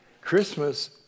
Christmas